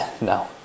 no